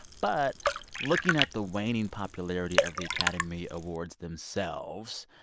but looking at the waning popularity of the academy awards themselves,